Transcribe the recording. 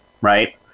right